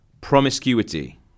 Promiscuity